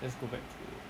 let's go back to